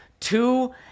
two